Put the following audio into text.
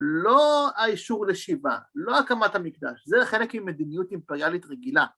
לא האישור לשיבה, לא הקמת המקדש, זה חלק ממדיניות אימפריאלית רגילה.